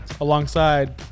alongside